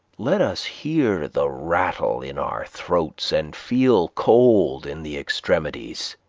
let us hear the rattle in our throats and feel cold in the extremities